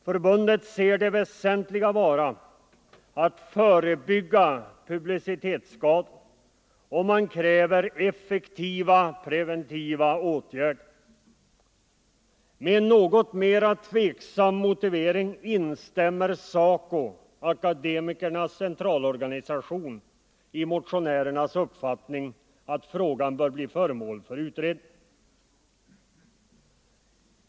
Förbundet ser det väsentliga vara att förebygga publicitetsskador, och man kräver effektiva preventiva åtgärder. Med en något mera tveksam motivering instämmer SACO, Sveriges akademikers centralorganisation, i motionärernas uppfattning att frågan bör bli föremål för utredning.